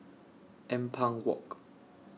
Ampang Walk